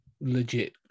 legit